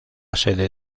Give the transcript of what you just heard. sede